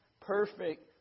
perfect